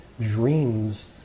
dreams